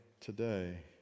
today